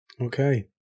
Okay